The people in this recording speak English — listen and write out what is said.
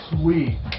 sweet